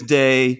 day